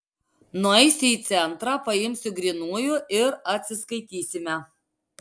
nueisiu į centrą paimsiu grynųjų ir atsiskaitysime